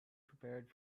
prepared